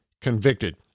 convicted